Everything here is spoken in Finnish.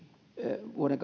vuoden